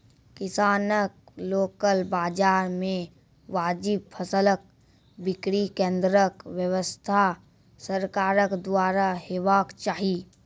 किसानक लोकल बाजार मे वाजिब फसलक बिक्री केन्द्रक व्यवस्था सरकारक द्वारा हेवाक चाही?